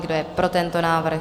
Kdo je pro tento návrh?